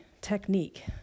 technique